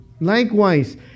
likewise